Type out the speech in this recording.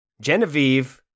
Genevieve